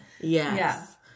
Yes